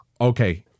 okay